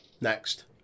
next